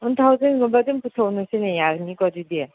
one ꯊꯥꯎꯖꯟꯒꯨꯝꯕ ꯑꯗꯨꯝ ꯄꯨꯊꯣꯛꯅꯁꯤꯅꯦ ꯌꯥꯒꯅꯤꯀꯣ ꯑꯗꯨꯗꯤ